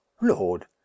lord